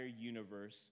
universe